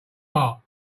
art